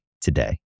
today